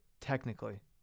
technically